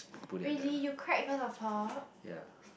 really you cried because of her